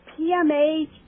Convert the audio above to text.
PMH